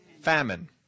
famine